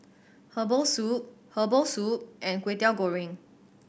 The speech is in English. herbal soup herbal soup and Kwetiau Goreng